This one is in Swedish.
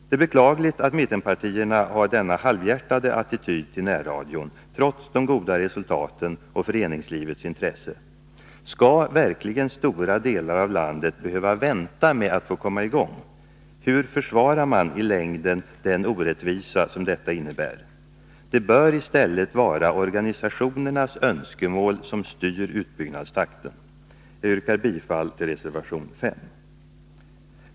Det är beklagligt att mittenpartierna har denna halvhjärtade attityd till närradion, trots de goda resultaten och föreningslivets intresse. Skall verkligen stora delar av landet behöva vänta med att få komma i gång? Hur försvarar man i längden den orättvisa som detta innebär? Det bör i stället vara organisationernas önskemål som styr utbyggnadstakten. Jag yrkar bifall till reservation 5.